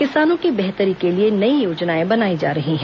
किसानों की बेहतरी के लिए नई योजनाएं बनाई जा रही है